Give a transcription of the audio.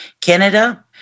Canada